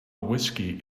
whiskey